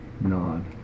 nod